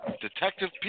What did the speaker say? Detective